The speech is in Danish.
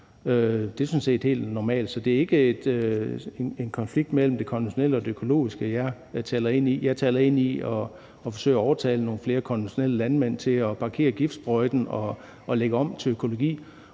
set helt normalt, så det er ikke en konflikt mellem det konventionelle og det økologiske, jeg taler ind i. Jeg taler ind i det at forsøge at overtale nogle flere konventionelle landmænd til at parkere giftsprøjten og lægge om til økologi.